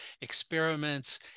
experiments